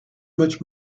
much